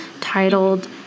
titled